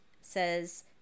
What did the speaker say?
says